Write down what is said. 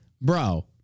Bro